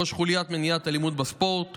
ראש חוליית מניעת אלימות בספורט,